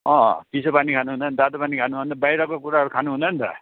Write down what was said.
अँ चिसो पानी खानु हुँदैन तातो पानी खानू अनि त बाहिरको कुराहरू खानु हुँदैन त